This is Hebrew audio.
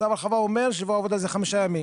צו הרחבה אומר ששבוע עבודה זה חמישה ימים.